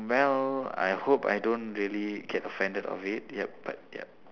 well I hope I don't really get offended of it yup but yup